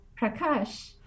Prakash